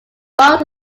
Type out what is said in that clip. what